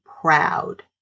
proud